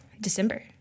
December